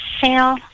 sale